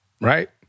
right